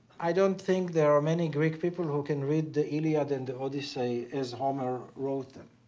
i don't think there are many greek people who can read the iliad and the odyssey as homer wrote them.